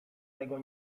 tego